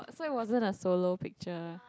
so it wasn't a solo picture